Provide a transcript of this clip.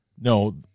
no